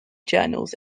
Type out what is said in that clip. journals